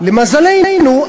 שלמזלנו,